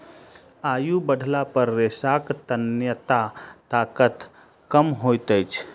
आयु बढ़ला पर रेशाक तन्यता ताकत कम होइत अछि